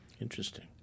Interesting